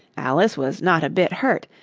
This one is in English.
alice was not a bit hurt,